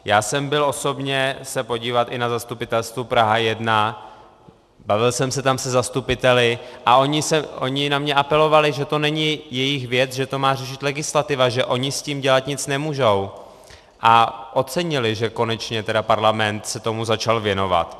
Já jsem se byl osobně podívat i na zastupitelstvu Prahy 1, bavil jsem se tam se zastupiteli a oni na mě apelovali, že to není jejich věc, že to má řešit legislativa, že oni s tím dělat nic nemůžou, a ocenili, že konečně tedy parlament se tomu začal věnovat.